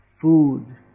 food